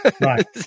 right